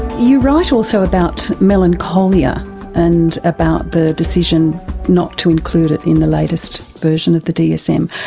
you write also about melancholia and about the decision not to include it in the latest version of the dsm.